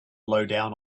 lowdown